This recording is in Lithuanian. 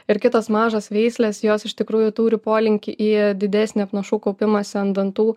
ir kitos mažos veislės jos iš tikrųjų turi polinkį į didesnį apnašų kaupimąsi ant dantų